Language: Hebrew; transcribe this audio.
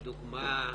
לדוגמה: